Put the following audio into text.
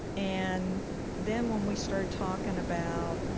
and then when we started talking about